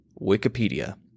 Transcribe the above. Wikipedia